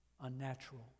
unnatural